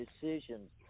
decisions